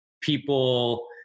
people